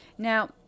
Now